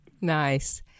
Nice